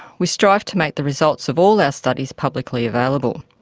we strive to make the results of all our studies publicly available.